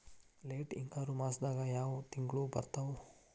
Late ಹಿಂಗಾರು ಮಾಸದಾಗ ಯಾವ್ ತಿಂಗ್ಳು ಬರ್ತಾವು?